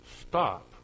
stop